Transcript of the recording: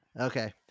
Okay